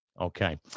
Okay